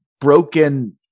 broken